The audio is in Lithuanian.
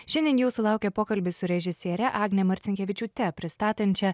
šiandien jūsų laukia pokalbis su režisiere agne marcinkevičiūte pristatančia